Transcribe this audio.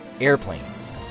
airplanes